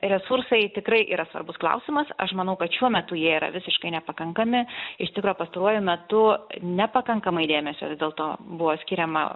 resursai tikrai yra svarbus klausimas aš manau kad šiuo metu jie yra visiškai nepakankami iš tikro pastaruoju metu nepakankamai dėmesio vis dėlto buvo skiriama